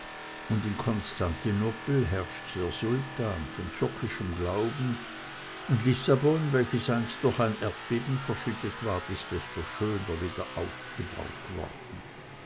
und in konstantinopel herrscht der sultan von türkischem glauben und lissabon welches einst durch ein erdbeben verschüttet ward ist desto schöner wieder aufgebaut worden